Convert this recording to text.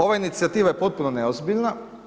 Ova inicijativa je potpuno neozbiljna.